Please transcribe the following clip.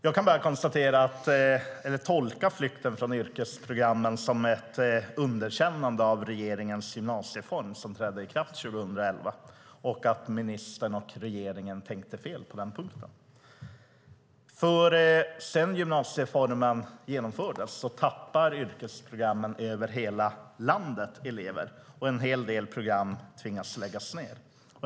Jag kan bara tolka flykten från yrkesprogrammen som ett underkännande av regeringens gymnasiereform, som trädde i kraft 2011, och som att ministern och regeringen tänkte fel på den punkten. Sedan gymnasiereformen genomfördes tappar nämligen yrkesprogrammen över hela landet elever, och en hel del program tvingas lägga ned.